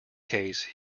case